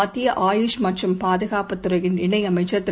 மத்திய ஆயுஷ் மற்றும் பாதுகாப்புத் துறையின் இணைஅமைச்சர் திரு